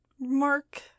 mark